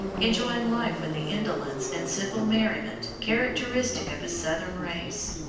enjoying life with the indolence and simple merriment characteristic of a southern race.